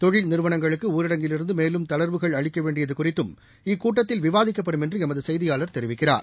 தொழில் நிறுவனங்களுக்கு ஊரடங்கிலிருந்து மேலும் தளா்வுகள் அளிக்க வேண்டியது குறித்தும் இக்கூட்டத்தில் விவாதிக்கப்படும் என்று எமது செய்தியாளர் தெரிவிக்கிறார்